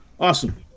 awesome